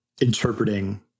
interpreting